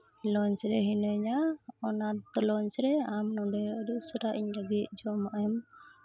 ᱞᱚᱡᱽ ᱨᱮ ᱦᱤᱱᱟᱹᱧᱟ ᱚᱱᱟ ᱞᱚᱡᱽ ᱨᱮ ᱟᱢ ᱱᱚᱰᱮ ᱟᱹᱰᱤ ᱩᱥᱟᱹᱨᱟ ᱤᱧ ᱞᱟᱹᱜᱤᱫ ᱡᱚᱢᱟᱜ ᱮᱢ